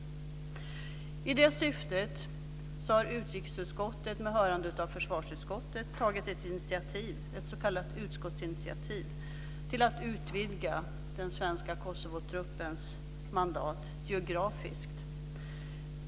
I det syftet har utrikesutskottet, med hörande av försvarsutskottet, tagit ett s.k. utskottsinitiativ till att utvidga den svenska Kosovotruppens mandat geografiskt.